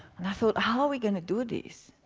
and i thought, how we going to do this?